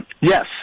Yes